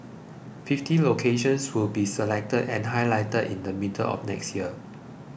fifty locations will be chosen and highlighted in the middle of next year